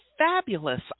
Fabulous